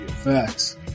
Facts